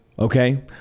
Okay